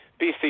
bc